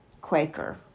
Quaker